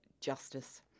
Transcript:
justice